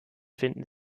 finden